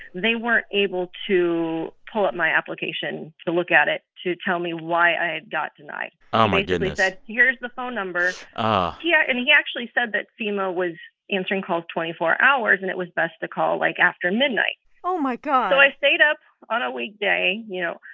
they weren't able to pull up my application to look at it to tell me why i had got denied oh, my goodness he basically said, here's the phone number oh yeah, and he actually said that fema was answering calls twenty four hours. and it was best to call, like, after midnight oh, my god so i stayed up on a weekday, you know,